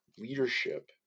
leadership